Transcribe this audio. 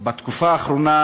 בתקופה האחרונה,